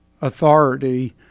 authority